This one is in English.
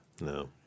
No